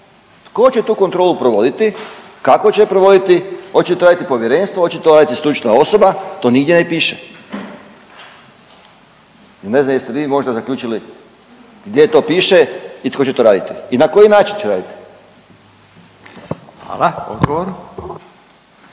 tko će tu kontrolu provoditi, kako će je provoditi, oće to radit povjerenstvo, oće to raditi stručna osoba to nigdje ne piše i ne znam jeste vi možda zaključili gdje to piše i tko će to raditi i na koji način će raditi. **Radin,